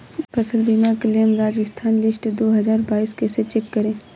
फसल बीमा claim Rajasthan list दो हज़ार बाईस कैसे चेक करें?